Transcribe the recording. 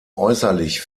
äußerlich